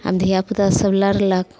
आ धियापुता सभ लड़लक